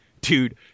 Dude